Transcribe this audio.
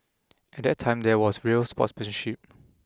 at that time there was real sportsmanship